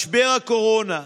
משבר הקורונה,